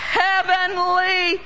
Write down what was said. heavenly